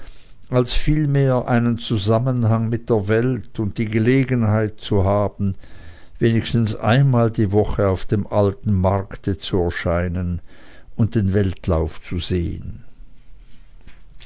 als vielmehr um einen zusammenhang mit der welt und die gelegenheit zu haben wenigstens einmal die woche auf dem alten markte zu erscheinen und den weltlauf zu sehen